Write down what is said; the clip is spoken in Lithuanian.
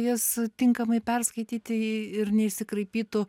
jas tinkamai perskaityti ir neišsikraipytų